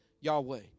Yahweh